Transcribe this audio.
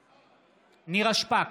נגד נירה שפק,